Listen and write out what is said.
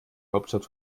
hauptstadt